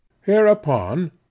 Hereupon